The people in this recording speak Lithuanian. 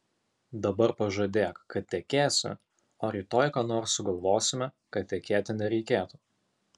dabar pažadėk kad tekėsi o rytoj ką nors sugalvosime kad tekėti nereikėtų